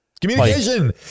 communication